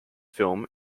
film